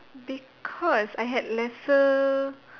because I had lesser